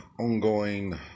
ongoing